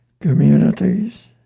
communities